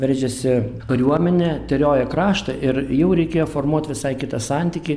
veržėsi kariuomenė teriojo kraštą ir jau reikėjo formuot visai kitą santykį